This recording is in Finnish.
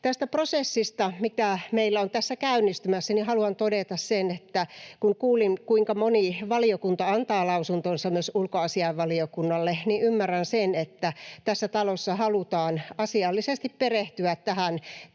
Tästä prosessista, mikä meillä on tässä käynnistymässä, haluan todeta sen, että kun kuulin, kuinka moni valiokunta antaa lausuntonsa myös ulkoasiainvaliokunnalle, niin ymmärrän sen, että tässä talossa halutaan asiallisesti perehtyä tähän tulevien